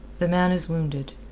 the man is wounded.